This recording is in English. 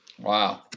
Wow